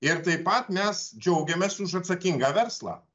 ir taip pat mes džiaugiamės už atsakingą verslą